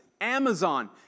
Amazon